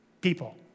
people